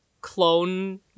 clone